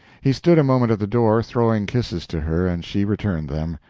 he stood a moment at the door, throwing kisses to her, and she returned them,